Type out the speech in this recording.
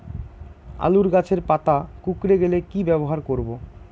আলুর গাছের পাতা কুকরে গেলে কি ব্যবহার করব?